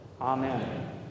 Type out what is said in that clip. Amen